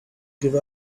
give